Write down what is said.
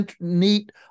neat